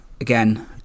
Again